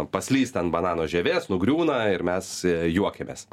paslysta ant banano žievės nugriūna ir mes juokiamės